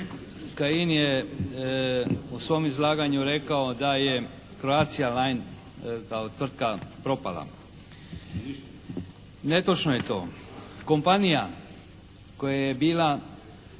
Kajin je u svom izlaganju rekao da je “Croatia lines“ kao tvrtka propala. Netočno je to. Kompanija koja je bila